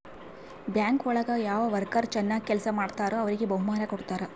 bank ಒಳಗ ಯಾವ worker ಚನಾಗ್ ಕೆಲ್ಸ ಮಾಡ್ತಾರೋ ಅವ್ರಿಗೆ ಬಹುಮಾನ ಕೊಡ್ತಾರ